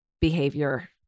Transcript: behavior